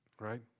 right